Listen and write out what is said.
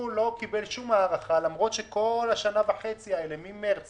הוא לא קיבל שום הארכה למרות שכל השנה וחצי האלה ממרץ